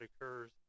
occurs